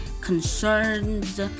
concerns